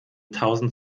tausend